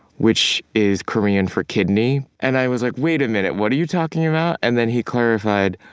which is korean for kidney. and i was like wait a minute, what are you talking about? and then he clarified,